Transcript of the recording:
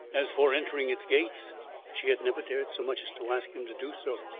as for entering its gates she had never dared so much as to ask him to do so.